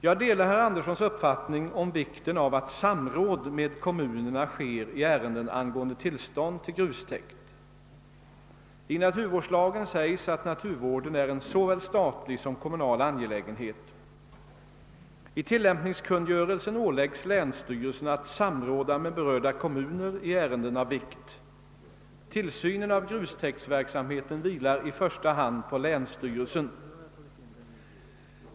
Jag delar herr Anderssons uppfattning om vikten av att samråd med kommunerna sker i ärenden angående tillstånd till grustäkt. I naturvårdslagen sägs att naturvården är en såväl statlig som kommunal angelägenhet. I tilllämpningskungörelsen åläggs länsstyrelserna att samråda med berörda kommuner i ärenden av vikt. Tillsynen av grustäktsverksamheten vilar i första hand på länsstyrelsen.